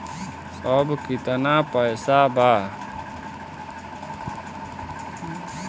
अब कितना पैसा बा?